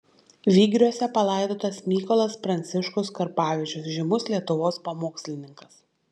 vygriuose palaidotas mykolas pranciškus karpavičius žymus lietuvos pamokslininkas